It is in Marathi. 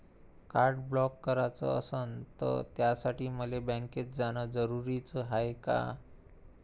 कार्ड ब्लॉक कराच असनं त त्यासाठी मले बँकेत जानं जरुरी हाय का?